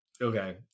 Okay